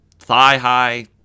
Thigh-high